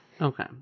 Okay